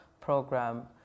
program